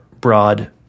broad